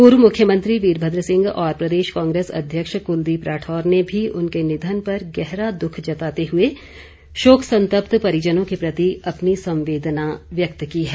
पूर्व मुख्यमंत्री वीरभद्र सिंह और प्रदेश कांग्रेस अध्यक्ष कुलदीप राठौर ने भी उनके निधन पर गहरा दुख जताते हुए शोक संतप्त परिजनों के प्रति अपनी संवेदना व्यक्त की है